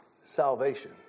salvation